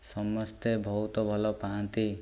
ସମସ୍ତେ ବହୁତ ଭଲ ପାଆନ୍ତି